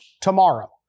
tomorrow